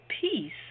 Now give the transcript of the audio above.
peace